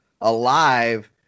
alive